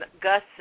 Gus